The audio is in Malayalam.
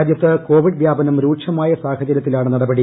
രാജ്യത്ത് കോവിഡ് വ്യാപനം രൂക്ഷമായ സാഹചര്യത്തിലാണ് നടപടി